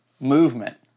Movement